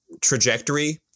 trajectory